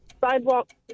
Sidewalk